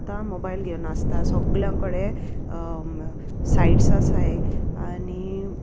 आतां मोबायल घेवन आसता सोगल्या कडेन सायट्स आसाय आनी